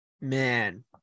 Man